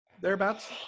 thereabouts